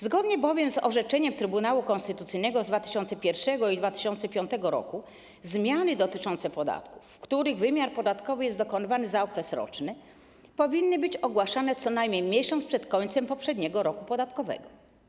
Zgodnie bowiem z orzeczeniami Trybunału Konstytucyjnego z 2001 r. i 2005 r. zmiany dotyczące podatków, których wymiar podatkowy jest dokonywany za okres roczny, powinny być ogłaszane co najmniej miesiąc przed końcem poprzedniego roku podatkowego.